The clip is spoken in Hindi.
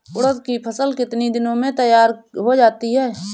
उड़द की फसल कितनी दिनों में तैयार हो जाती है?